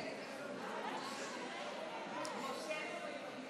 (קוראת בשמות חברי הכנסת)